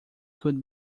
could